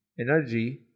energy